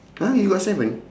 !huh! you got seven